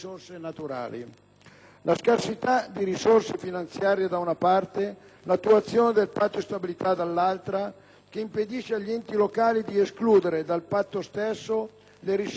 La scarsità di risorse finanziarie, da una parte, l'attuazione del Patto di stabilità, dall'altra, che impedisce agli enti locali di escludere dal Patto stesso le risorse finalizzate